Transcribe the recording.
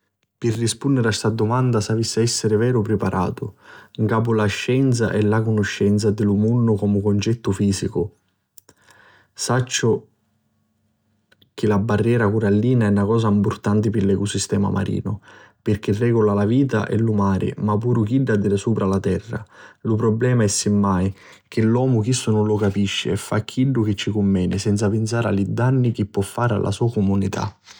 Pi rispunniri a sta dumanna s'avissi a essiri veru priparatu 'n capu la scienza e la canuscenza di lu munnu comu cuncettu fisicu. Sacciu li la barrera curallina è na cosa mpurtanti pi l'ecu sistema marinu, pirchì regula la vita di lu mari ma puru chidda di supra la terra. Lu prublema, è simmai, chi l'omu chistu nun lu capisci e fa chiddu chi ci cunveni senza pinsari a li danni chi po fari pi la so comunità.